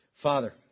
Father